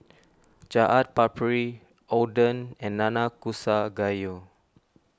Chaat Papri Oden and Nanakusa Gayu